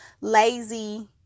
lazy